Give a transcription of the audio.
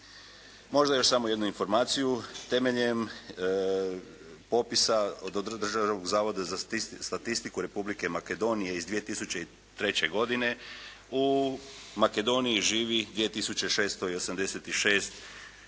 Možda još samo jednu informaciju. Temeljem popisa od Državnog zavod za statistiku Republike Makedonije iz 2003. godine. U Makedoniji živi 2686 Hrvata